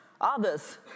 others